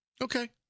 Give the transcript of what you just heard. Okay